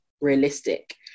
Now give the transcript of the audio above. realistic